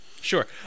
Sure